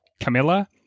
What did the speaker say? Camilla